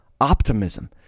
optimism